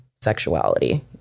sexuality